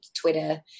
twitter